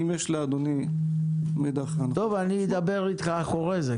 אם יש לאדוני מידע --- אני אדבר איתך אחורי זה,